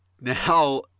Now